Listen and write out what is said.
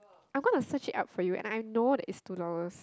I'm gonna search it up for you I I'm know it's two dollars